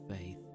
faith